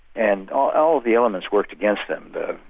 and all all of the elements worked against them the